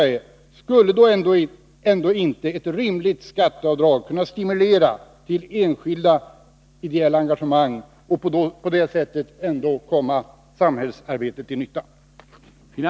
Skulle ändå inte ett rimligt skatteavdrag kunna stimulera till enskilda ideella engagemang och på det sättet komma samhällsarbetet till nytta?